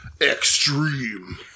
Extreme